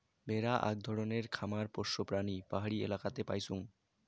ভেড়া আক ধরণের খামার পোষ্য প্রাণী পাহাড়ি এলাকাতে পাইচুঙ